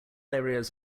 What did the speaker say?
areas